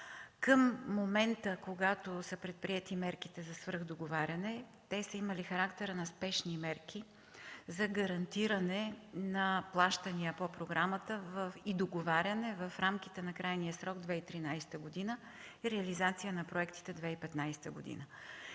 Към момента, когато са били предприети мерки за свръхдоговаряне, те са имали характера на спешни мерки за гарантиране на плащания по програмата и договаряне в рамките на крайния срок 2013 г. за реализация на проектите до 2015 г.